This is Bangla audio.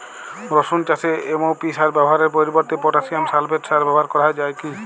রসুন চাষে এম.ও.পি সার ব্যবহারের পরিবর্তে পটাসিয়াম সালফেট সার ব্যাবহার করা যায় কি?